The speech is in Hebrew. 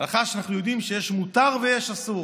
הלכה, שאנחנו יודעים שיש מותר ויש אסור.